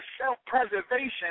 self-preservation